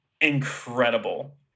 incredible